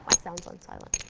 my sound is on silent.